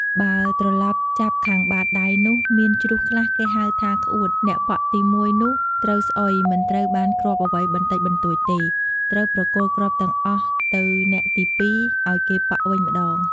បើត្រឡប់ចាប់ខាងបាតដៃនោះ មានជ្រុះខ្លះគេហៅថា "ក្អួត" អ្នកប៉ក់ទី១ នោះត្រូវស្អុយ មិនត្រូវបានគ្រាប់អ្វីបន្តិចបន្តួចទេ ត្រូវប្រគល់គ្រាប់ទាំងអស់ទៅអ្នកទី ២ ឲ្យគេប៉ក់វិញម្ដង។